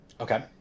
Okay